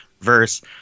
verse